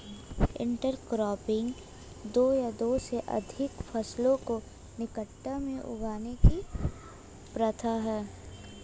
intercropping दो या दो से अधिक फसलों को निकटता में उगाने की प्रथा है